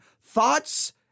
thoughts